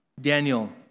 Daniel